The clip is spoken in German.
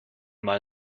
mal